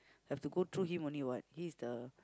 have to go through him only what he is the